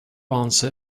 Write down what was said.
answer